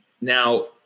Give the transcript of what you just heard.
Now